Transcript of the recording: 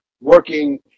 working